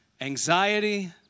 anxiety